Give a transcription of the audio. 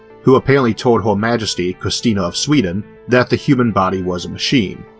who apparently told her majesty christina of sweden that the human body was a machine.